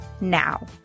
now